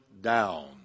down